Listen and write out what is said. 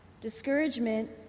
discouragement